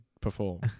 perform